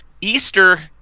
Easter